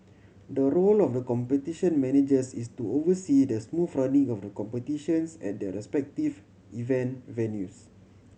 the role of the Competition Managers is to oversee the smooth running of the competitions at their respective event venues